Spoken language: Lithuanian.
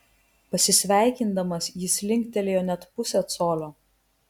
pasisveikindamas jis linktelėjo net pusę colio